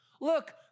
look